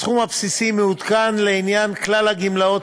הסכום הבסיסי מעודכן לעניין כלל הגמלאות